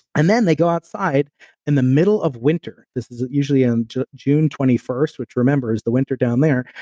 and then, they go outside in the middle of winter. this is usually in june twenty first, which remember, is the winter down there.